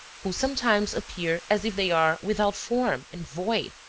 who sometimes appear as if they are without form and void,